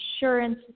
insurance